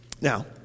now